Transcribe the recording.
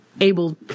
able